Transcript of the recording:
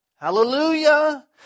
Hallelujah